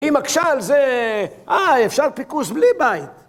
היא מקשה על זה... אה, אפשר פיקוס בלי בית.